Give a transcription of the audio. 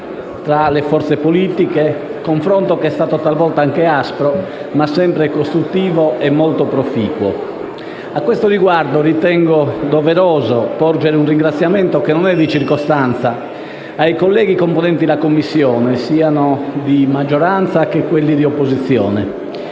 tra le forze politiche, talvolta anche aspro ma sempre costruttivo e molto proficuo. A questo riguardo ritengo doveroso porgere un ringraziamento, che non è di circostanza, ai colleghi componenti la Commissione, sia di maggioranza che di opposizione,